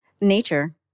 Nature